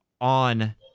on